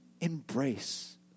embrace